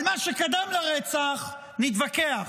על מה שקדם לרצח נתווכח,